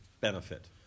benefit